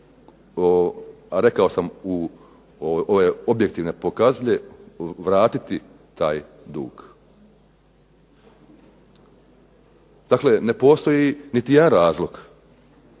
a rekao sam ove objektivne pokazatelje, vratiti taj dug. Dakle, ne postoji niti jedan razlog,